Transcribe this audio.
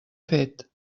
fet